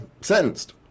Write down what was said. sentenced